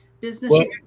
business